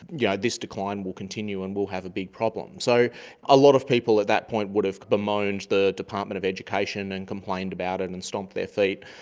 yeah this decline will continue and we will have a big problem. so a lot of people at that point would have bemoaned the department of education and complained about it and and stomped their feet,